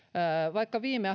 vaikka viime